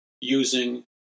using